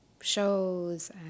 shows